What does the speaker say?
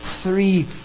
Three